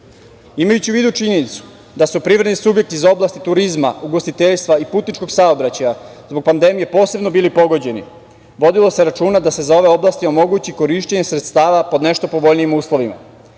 u vidu činjenicu da su privredni subjekti iz oblasti turizma, ugostiteljstva i putničkog saobraćaja zbog pandemije posebno bili pogođeni vodilo se računa da se za ove oblasti omogući korišćenje sredstava po nešto povoljnijim uslovima.